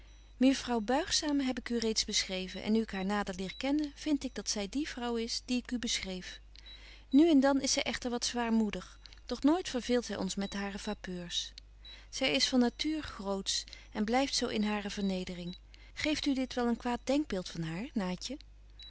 veel mejuffrouw buigzaam heb ik u reeds beschreven en nu ik haar nader leer kennen vind ik dat zy die vrouw is die ik u beschreef nu en dan is zy echter wat zwaarmoedig doch nooit verbetje wolff en aagje deken historie van mejuffrouw sara burgerhart veelt zy ons met hare vapeurs zy is van natuur grootsch en blyft zo in hare vernedering geeft u dit wel een kwaad denkbeeld van haar naatje